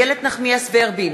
ורבין,